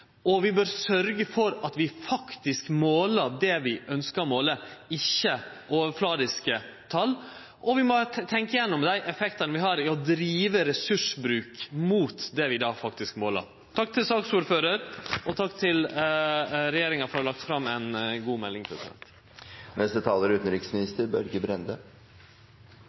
vi faktisk ønskjer å måle – ikkje overflatiske tal – og vi må ha tenkt igjennom dei effektane vi har ved å drive ressursbruk mot det vi då faktisk måler. Takk til saksordføraren, og takk til regjeringa for å ha lagt fram ei god melding.